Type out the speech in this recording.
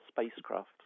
spacecraft